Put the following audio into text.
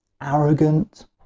arrogant